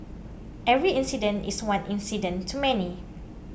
every incident is one incident too many